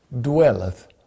dwelleth